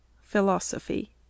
Philosophy